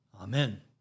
Amen